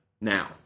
Now